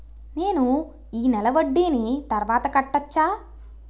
నేను ఈ నెల వడ్డీని తర్వాత కట్టచా?